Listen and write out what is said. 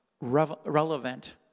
relevant